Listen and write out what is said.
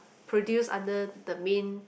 produce under the main